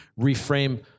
reframe